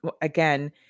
again